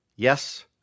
Yes